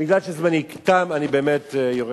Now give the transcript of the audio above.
מכיוון שזמני תם אני באמת יורד.